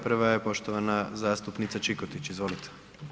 Prva je poštovana zastupnica Čikotić, izvolite.